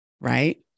right